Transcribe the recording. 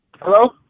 Hello